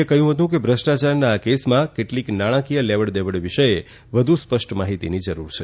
એ કહ્યું હતું કે ભ્રષ્ટાયારના આ કેસમાં કેટલીક નાણાકીય લેવડદેવડના વિષયે વધુ સ્પષ્ટ માહિતીની જરૂર છે